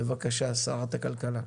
בבקשה, שרת הכלכלה.